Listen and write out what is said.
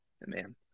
man